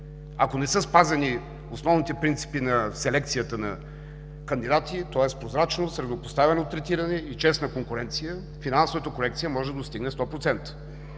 Ако не са спазени основните принципи на селекцията на кандидати, прозрачност, равнопоставено третиране и честна конкуренция, финансовата корекция може да достигне 100%.